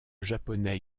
japonais